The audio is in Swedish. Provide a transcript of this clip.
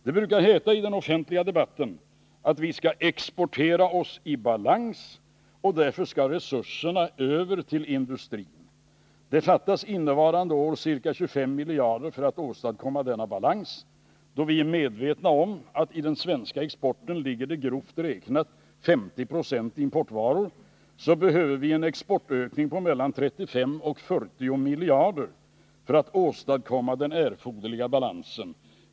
Det brukar heta i den offentliga debatten att vi skall exportera oss i balans och att resurserna därför skall föras över till industrin. Det fattas innevarande år ca 25 miljarder kronor för att åstadkomma denna balans. Då vi är medvetna om att det i den svenska exporten ligger grovt räknat 50 90 importvaror, behöver vi en exportökning på mellan 35 och 40 miljarder kronor för att åstadkomma den erforderliga balansen.